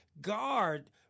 guard